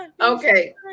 Okay